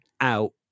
out